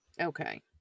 Okay